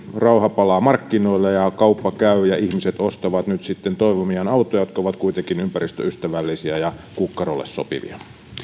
rauha palaa markkinoille ja kauppa käy ja ihmiset ostavat nyt sitten toivomiaan autoja jotka ovat kuitenkin ympäristöystävällisiä ja kukkarolle sopivia